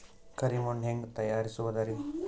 ಕರಿ ಮಣ್ ಹೆಂಗ್ ತಯಾರಸೋದರಿ?